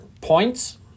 points